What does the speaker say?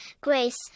grace